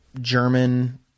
German